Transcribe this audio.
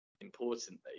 importantly